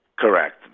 Correct